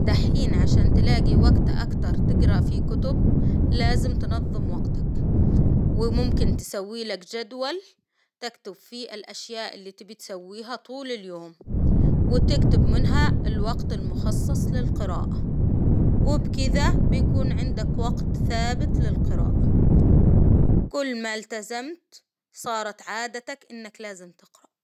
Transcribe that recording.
دحين عشان تلاقي وقت أكتر تقرا فيه كتب لازم تنظم وقتك، وممكن تسوي لك جدول تكتب فيه الأشياء اللي تبي تسويها طول اليوم، وتكتب منها الوقت المخصص للقراءة، وبكذا بيكون عندك وقت ثابت للقراءة كل ما التزمت صارت عادتك إنك لازم تقرأ.